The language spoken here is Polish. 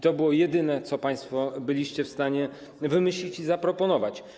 to było jedyne, co państwo byliście w stanie wymyślić i zaproponować.